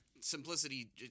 simplicity